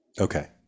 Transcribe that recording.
Okay